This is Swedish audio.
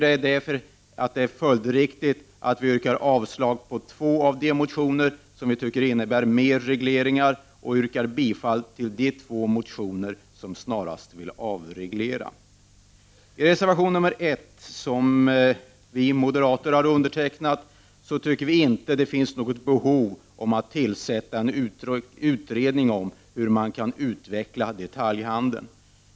Det är därför följdriktigt att vi yrkar avslag på två av de motioner som enligt vår mening innebär fler regleringar, och bifall till de två motioner som snarast vill avreglera. I reservation 1, som vi moderater har undertecknat, säger vi att det inte finns något behov av att tillsätta en utredning för att undersöka hur man kan utveckla detaljhandeln.